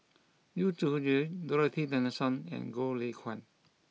Yu Zhuye Dorothy Tessensohn and Goh Lay Kuan